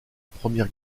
première